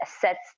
sets